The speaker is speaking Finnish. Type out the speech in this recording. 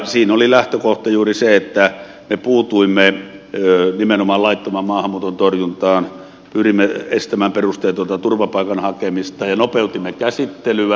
siinä oli lähtökohta juuri se että me puutuimme nimenomaan laittoman maahanmuuton torjuntaan pyrimme estämään perusteetonta turvapaikan hakemista ja nopeutimme käsittelyä